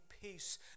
peace